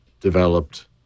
developed